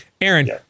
Aaron